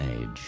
age